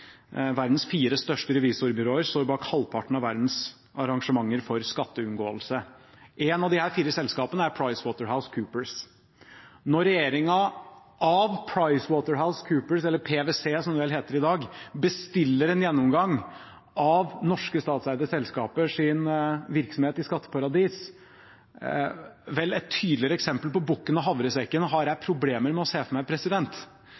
verdens fire største revisorbyråer står bak halvparten av verdens arrangementer for skatteunngåelse. Ett av disse fire selskapene er PricewaterhouseCoopers. Når regjeringen – av PricewaterhouseCoopers, eller PwC, som det vel heter i dag – bestiller en gjennomgang av norske statseide selskapers virksomhet i skatteparadis, har jeg problemer med å se for meg et tydeligere eksempel på bukken og havresekken.